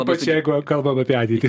ypač jeigu va kalbam apie ateitį